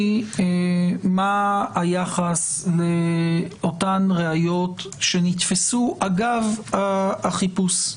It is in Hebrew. היא מה היחס לאותן ראיות שנתפסו אגב החיפוש.